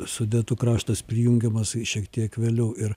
sudetų kraštas prijungiamas šiek tiek vėliau ir